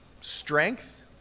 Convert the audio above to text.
strength